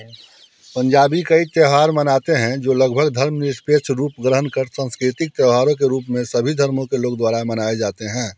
पंजाबी कई त्योहार मनाते हैं जो लगभग धर्मनिरपेक्ष रूप ग्रहण कर सांस्कृतिक त्योहारों के रूप में सभी धर्मो के लोग द्वारा मनाए जाते हैं